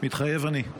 מתחייב אני.